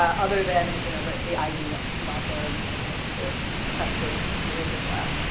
other than you know the the idea is out there and and it's been tested in the research lab.